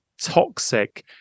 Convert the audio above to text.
toxic